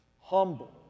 humble